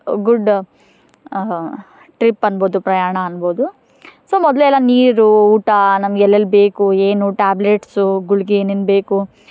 good trip ಅನ್ಬೋದು ಪ್ರಯಾಣ ಅನ್ಬೋದು ಸೊ ಮೊದಲೇ ಎಲ್ಲ ನೀರು ಊಟ ನಮ್ಗೆ ಎಲ್ಲೆಲ್ಲಿ ಬೇಕು ಏನು ಟ್ಯಾಬ್ಲೆಟ್ಸು ಗುಳಿಗೆ ಏನೇನು ಬೇಕು